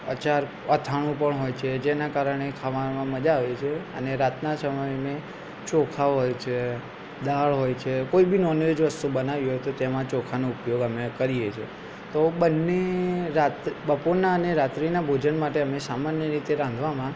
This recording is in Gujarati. અચાર અથાણું પણ હોય છે જેના કારણે ખાવામાં મજા આવે છે અને રાતના સમયે મેં ચોખા હોય છે દાળ હોય છે કોઈ બી નોનવેજ વસ્તુ બનાવી હોય તો તેમાં ચોખાનો ઉપયોગ અમે કરીએ છીએ તો બન્ને બપોરના અને રાત્રિના ભોજન માટે અમે સામાન્ય રીતે રાંધવામાં